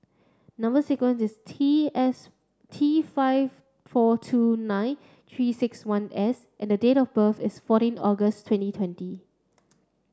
number sequence is T S T five four two nine three six one S and date of birth is fourteen August twenty twenty